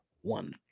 one